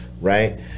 Right